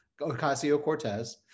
Ocasio-Cortez